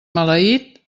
maleït